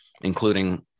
including